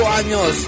años